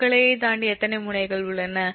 இந்த கிளையைத் தாண்டி எத்தனை முனைகள் உள்ளன